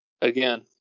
again